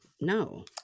No